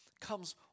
comes